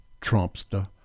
Trumpster